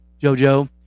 Jojo